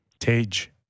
tage